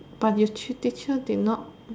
but you teacher did not